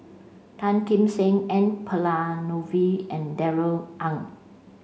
Tan Kim Seng N Palanivelu and Darrell Ang